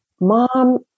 mom